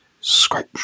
scrape